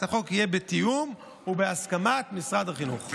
החוק יהיה בתיאום ובהסכמת משרד החינוך.